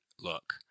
look